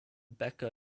becker